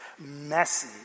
messy